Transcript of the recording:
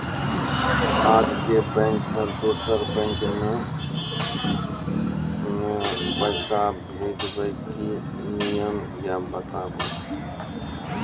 आजे के बैंक से दोसर बैंक मे पैसा भेज ब की नियम या बताबू?